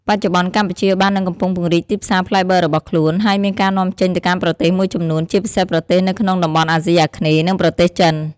បច្ចុប្បន្ន កម្ពុជាបាននឹងកំពុងពង្រីកទីផ្សារផ្លែបឺររបស់ខ្លួន ហើយមានការនាំចេញទៅកាន់ប្រទេសមួយចំនួន ជាពិសេសប្រទេសនៅក្នុងតំបន់អាស៊ីអាគ្នេយ៍ និងប្រទេសចិន។